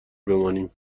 بمانیم